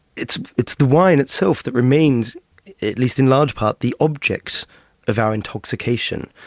it's it's the wine itself that remains at least in large part the object of our intoxication,